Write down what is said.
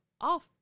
off